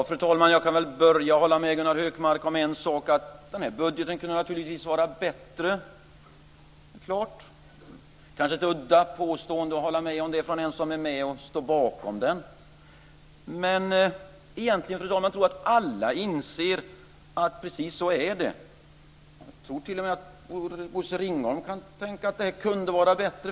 Fru talman! Jag kan börja med att hålla med Gunnar Hökmark om en sak, och det är att den här budgeten naturligtvis kunde vara bättre. Det är kanske udda att någon som står bakom budgeten håller med om det. Men jag tror att alla inser att precis så är det. Jag tror t.o.m. att Bosse Ringholm kan tänka att den kunde vara bättre.